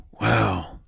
Wow